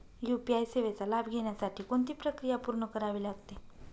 UPI सेवेचा लाभ घेण्यासाठी कोणती प्रक्रिया पूर्ण करावी लागते?